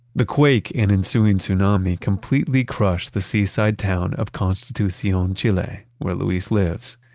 the quake and ensuing tsunami completely crushed the seaside town of constitucion, chile where luis lives.